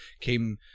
came